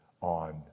on